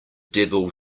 devil